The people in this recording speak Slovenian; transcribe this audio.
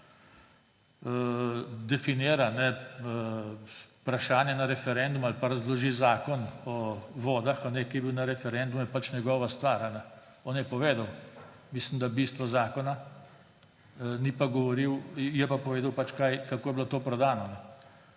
definira vprašanje na referendumu ali pa razloži Zakon o vodah, ki je bil na referendumu, je pač njegova stvar. On je povedal, mislim da, bistvo zakona, je pa povedal pač, kako je bilo to prodano